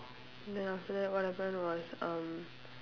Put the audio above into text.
then after that what happened was um